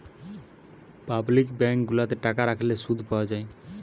public bank গুলাতে টাকা রাখলে শুধ পাওয়া যায়